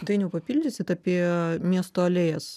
dainiau papildysit apie miesto alėjas